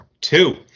two